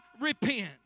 repent